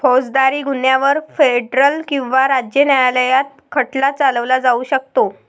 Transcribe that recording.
फौजदारी गुन्ह्यांवर फेडरल किंवा राज्य न्यायालयात खटला चालवला जाऊ शकतो